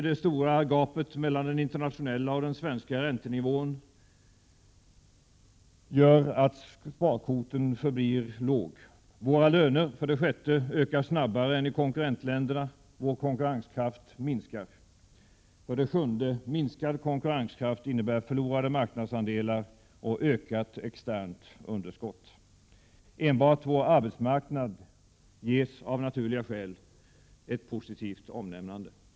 Det stora gapet mellan den internationella och den svenska räntenivån gör att sparkvoten förblir låg 6. Våra löner ökar snabbare än i konkurrentländerna — vår konkurrenskraft minskar Endast vår arbetsmarknad ges av naturliga skäl ett positivt omnämnande.